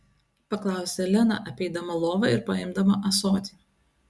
paklausė lena apeidama lovą ir paimdama ąsotį